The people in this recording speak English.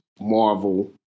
Marvel